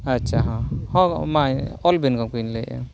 ᱟᱪᱪᱷᱟ ᱦᱮᱸ ᱢᱟ ᱚᱞᱵᱤᱱ ᱜᱚᱢᱠᱮ ᱞᱟᱹᱭᱮᱜᱼᱟ